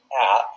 app